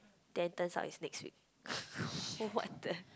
then turns out it's next week what the